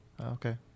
Okay